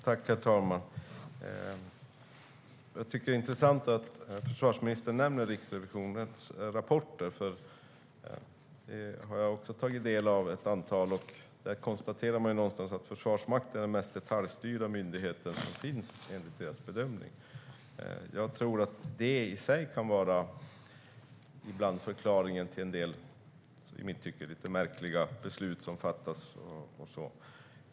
Herr talman! Jag tycker att det är intressant att försvarsministern nämner Riksrevisionens rapporter, för även jag har tagit del av ett antal sådana. Där konstaterar man någonstans att Försvarsmakten är den mest detaljstyrda myndigheten som finns enligt deras bedömning. Jag tror att det i sig ibland kan vara förklaringen till en del i mitt tycke lite märkliga beslut som fattas.